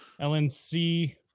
lnc